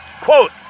quote